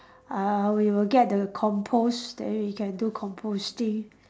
collapsible we will get the compost then we can do composting